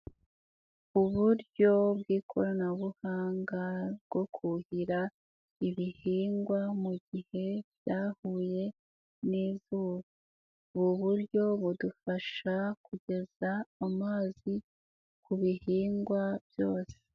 Uburyo bw'ikoranabuhanga bwo kuhira ibihingwa mu gihe byahuye n'izuba, ubu buryo budufasha kugeza amazi ku bihingwa byose.